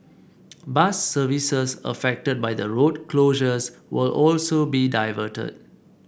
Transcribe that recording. bus services affected by the road closures will also be diverted